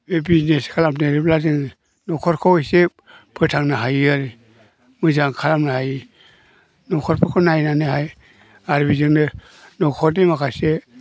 बे बिजनेस खालामदेराब्ला जोङो न'खरखौ एसे फोथांनो हायो आरो मोजां खालामनो हायो न'खरफोरखौ नायनानैहाय आरो बिजोंनो न'खरनि माखासे